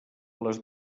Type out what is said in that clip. les